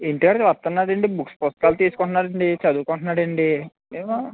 ఇంటికాడకి వస్తున్నాడండి పుస్తకాలు తీసుకుంటున్నాడు చదువుకుంటున్నాడండి ఏమో